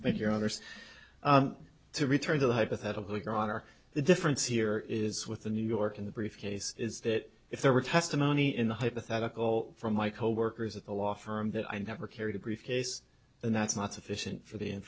honour's to return to the hypothetical your honor the difference here is with the new york in the brief case is that if there were testimony in the hypothetical from my coworkers at the law firm that i never carried a briefcase and that's not sufficient for the in